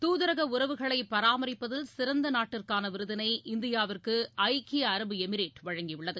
தூதரக உறவுகளை பராமரிப்பதில் சிறந்த நாட்டிற்கான விருதினை இந்தியாவிற்கு ஐக்கிய அரபு எமிரேட் வழங்கியுள்ளது